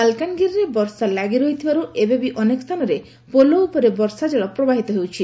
ମାଲକାନଗିରିରେ ବର୍ଷା ଲାଗି ରହିଥିବାରୁ ଏବେବି ଅନେକ ସ୍ତାନରେ ପୋଲ ଉପରେ ବର୍ଷା ଜଳ ପ୍ରବାହିତ ହେଉଛି